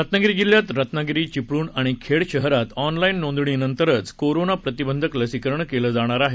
रत्नागिरी जिल्ह्यात रत्नागिरी चिपळण आणि खेड शहरात ऑनलाउ नोंदणीनंतरच करोनाप्रतिबंधक लसीकरण केलं जाणार आहे